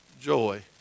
Joy